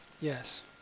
yes